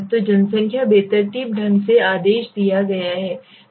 तो जनसंख्या बेतरतीब ढंग से आदेश दिया है